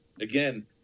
again